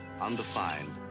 undefined